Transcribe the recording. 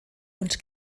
und